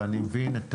ואני מבין את